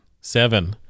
Seven